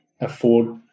afford